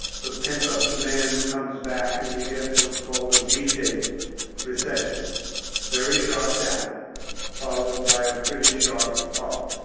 the pent-up demand comes back and we get what's called a v-shape recession very sharp down followed by a pretty sharp up.